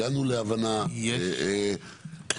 הגענו להבנה מסוימת,